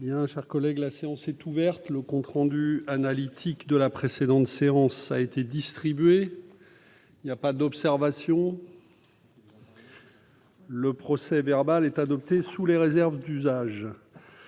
La séance est ouverte. Le compte rendu analytique de la précédente séance a été distribué. Il n'y a pas d'observation ?... Le procès-verbal est adopté sous les réserves d'usage.